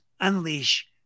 Unleash